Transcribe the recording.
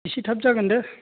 इसे थाब जागोन दे